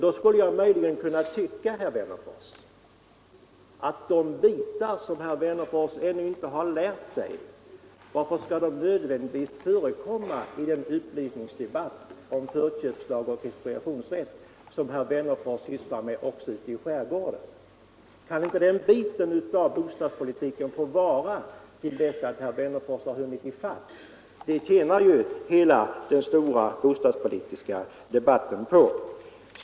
Då skulle jag möjligen kunna undra varför de bitar som herr Wennerfors ännu inte har lärt sig nödvändigtvis skall förekomma i den upplysningskampanj om förköpslag och expropriationsrätt som herr Wennerfors sysslar med ute i skärgården. Kan inte de bitarna av bostadspolitiken få vara till dess att herr Wennerfors har hunnit i fatt? Det tjänar ju hela den stora bostadspolitiska debatten på.